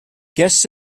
guests